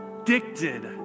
addicted